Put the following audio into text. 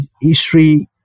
history